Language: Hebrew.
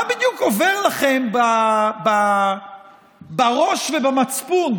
מה בדיוק עובר לכם בראש ובמצפון